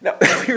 Now